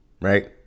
right